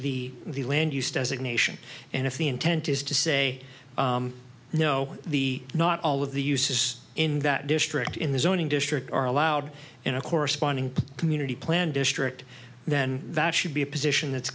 the the land use designation and if the intent is to say no the not all of the uses in that district in the zoning district are allowed in a corresponding community plan district then that should be a position that's